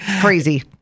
Crazy